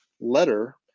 letter